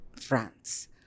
France